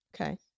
Okay